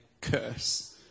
curse